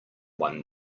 one